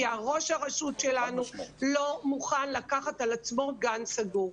כי ראש הרשות שלנו לא מוכן לקחת על עצמו גן סגור,